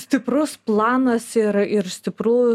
stiprus planas ir ir stipru